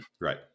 Right